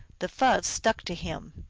the fuzz stuck to him.